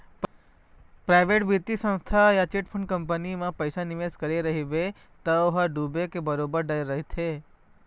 private बित्तीय संस्था या चिटफंड कंपनी मन म पइसा निवेस करे रहिबे त ओ ह डूबे के बरोबर डर रहिथे